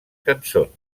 cançons